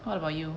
what about you